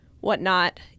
whatnot